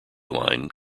line